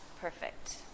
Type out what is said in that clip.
Perfect